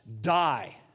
die